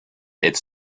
its